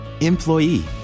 employee